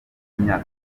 imyaka